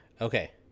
okay